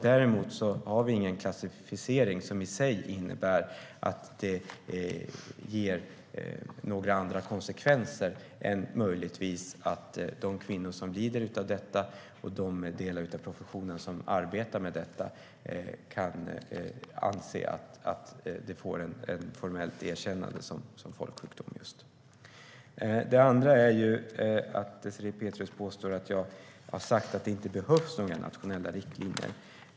Däremot finns det ingen klassificering som innebär några andra konsekvenser än att möjligtvis de kvinnor som lider av denna sjukdom och de delar av professionen som arbetar med den kan anse att den får ett formellt erkännande som folksjukdom. Désirée Pethrus påstår också att jag har sagt att det inte behövs några nationella riktlinjer.